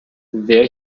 there